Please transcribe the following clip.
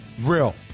Real